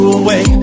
away